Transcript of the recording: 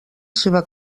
seva